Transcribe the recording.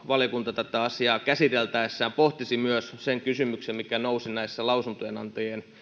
valiokunta tätä asiaa käsitellessään pohtisi myös sitä kysymystä mikä nousi näissä lausuntojen antajien